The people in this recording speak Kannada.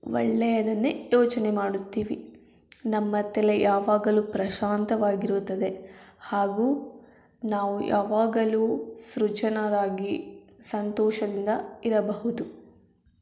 ಒಳ್ಳೆಯದನ್ನೇ ಯೋಚನೆ ಮಾಡುತ್ತೀವಿ ನಮ್ಮ ತಲೆ ಯಾವಾಗಲೂ ಪ್ರಶಾಂತವಾಗಿರುತ್ತದೆ ಹಾಗೂ ನಾವು ಯಾವಾಗಲೂ ಸೃಜನರಾಗಿ ಸಂತೋಷದಿಂದ ಇರಬಹುದು